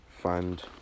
find